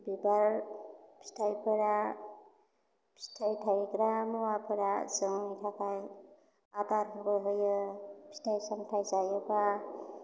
बिबार फिथाइफोरा फिथाइ थाइग्रा मुवाफोरा जोंनि थाखाय आदार होबाय बायो फिथाइ सामथाइ जायोबा